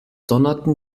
donnerten